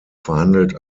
verhandelt